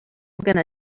gonna